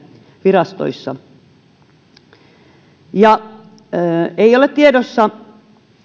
virastoissa ei ole tiedossa